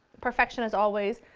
perfection as always.